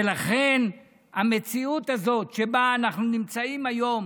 ולכן המציאות הזאת, שבה אנחנו נמצאים היום